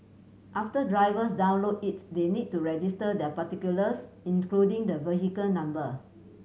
after drivers download it's they need to register their particulars including the vehicle number